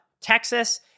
Texas